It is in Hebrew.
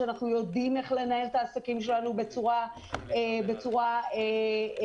שאנחנו יודעים איך לנהל את העסקים שלנו בצורה טובה,